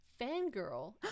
fangirl